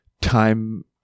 time